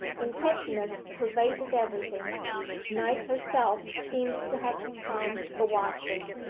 intentness pervaded everything night herself seemed to have become a watcher.